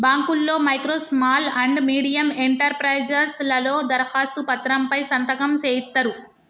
బాంకుల్లో micro small and medium enterprises లలో దరఖాస్తు పత్రం పై సంతకం సేయిత్తరు